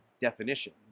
definition